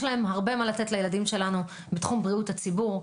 יש להן הרבה מה לתת לילדים שלנו בתחום בריאות הציבור,